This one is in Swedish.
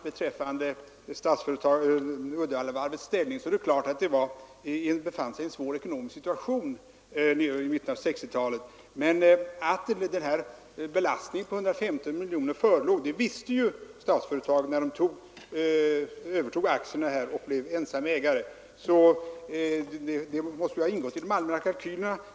Beträffande Uddevallavarvets ställning är det klart att varvet befann sig i en svår ekonomisk situation vid mitten av 1960-talet. Men att den här belastningen på 150 miljoner kronor förelåg, det visste Statsföretag när det övertog aktierna och blev ensamägare. Det måste ha ingått i de allmänna kalkylerna.